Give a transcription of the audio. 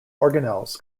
organelles